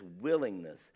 willingness